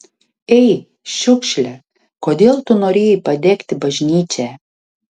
ei šiukšle kodėl tu norėjai padegti bažnyčią